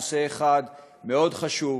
נושא אחד מאוד חשוב,